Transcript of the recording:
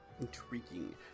Intriguing